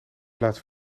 plaats